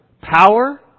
Power